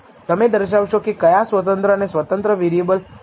તમે દર્શાવશો કે કયા સ્વતંત્ર અને આશ્રિત વેરિએબલ છે